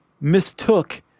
mistook